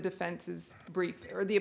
defense's brief for the